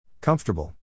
Comfortable